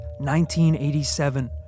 1987